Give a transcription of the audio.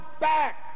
back